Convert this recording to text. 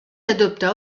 adopta